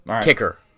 Kicker